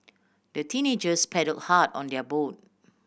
the teenagers paddle hard on their boat